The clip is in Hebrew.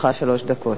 גברתי היושבת-ראש,